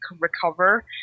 recover